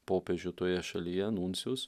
popiežių toje šalyje nuncijus